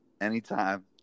Anytime